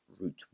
root